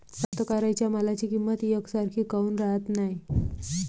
कास्तकाराइच्या मालाची किंमत यकसारखी काऊन राहत नाई?